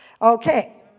Okay